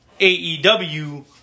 AEW